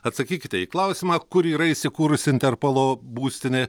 atsakykite į klausimą kur yra įsikūrusi interpolo būstinė